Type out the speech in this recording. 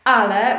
ale